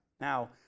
Now